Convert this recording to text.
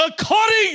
According